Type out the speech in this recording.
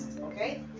okay